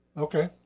Okay